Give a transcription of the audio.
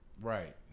right